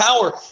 power